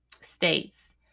states